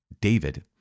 David